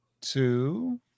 two